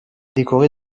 décoré